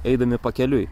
eidami pakeliui